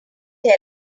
tell